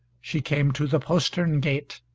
she came to the postern gate,